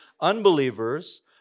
unbelievers